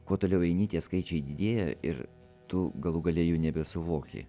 kuo toliau eini tie skaičiai didėja ir tu galų gale jų nebesuvoki